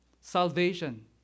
salvation